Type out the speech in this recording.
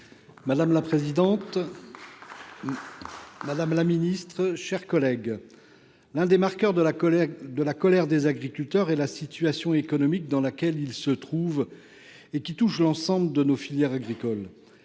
Madame la présidente, madame la ministre, mes chers collègues, l’un des marqueurs de la colère des agriculteurs est la situation économique dans laquelle ils se trouvent et qui touche l’ensemble de nos filières agricoles.